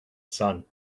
sun